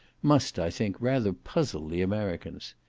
must, i think, rather puzzle the americans.